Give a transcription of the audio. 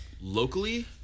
locally